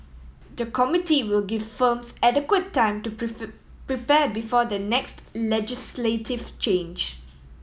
the committee will give firms adequate time to prepare before the next legislative change